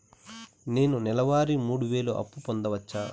నేను నెల వారి మూడు వేలు అప్పు పొందవచ్చా?